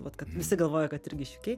vat kad visi galvoja kad ir irgi iš uk